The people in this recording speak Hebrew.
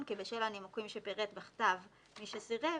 כי בשל הנימוקים שפירט בכתב מי שסירב,